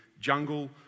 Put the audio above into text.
jungle